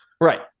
right